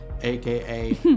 aka